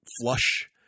flush